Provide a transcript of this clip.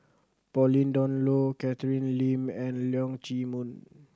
Pauline Dawn Loh Catherine Lim and Leong Chee Mun